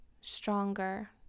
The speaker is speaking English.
stronger